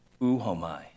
uhomai